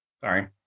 Sorry